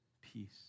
peace